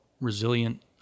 resilient